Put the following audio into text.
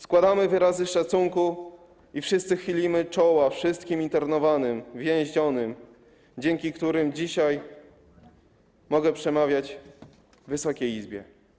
Składamy wyrazy szacunku i wszyscy chylimy czoło przed wszystkimi internowanymi, więzionymi, dzięki którym dzisiaj mogę przemawiać w Wysokiej Izbie.